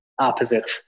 opposite